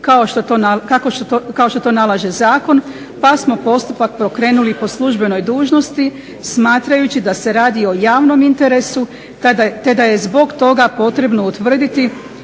kao što to nalaže zakon pa smo postupak pokrenuli po službenoj dužnosti smatrajući da se radi o javnom interesu te da je zbog toga potrebno utvrditi